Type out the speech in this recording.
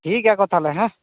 ᱴᱷᱤᱠᱜᱮᱭᱟ ᱜᱳ ᱛᱟᱦᱚᱞᱮ ᱦᱮᱸ